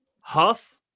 Huff